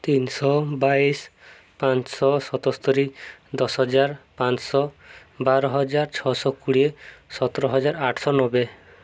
ତିନିଶହ ବାଇଶ ପାଞ୍ଚଶହ ସତସ୍ତୋରି ଦଶ ହଜାର ପାଞ୍ଚଶହ ବାର ହଜାର ଛଅଶହ କୋଡ଼ିଏ ସତର ହଜାର ଆଠଶହ ନବେ